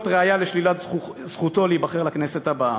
ראיה לשלילת זכותו להיבחר לכנסת הבאה,